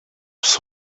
sich